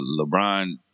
LeBron